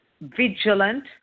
Vigilant